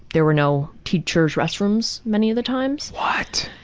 there were no teachers' restrooms, many of the times. what?